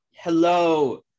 Hello